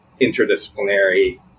interdisciplinary